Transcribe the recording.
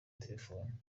telefone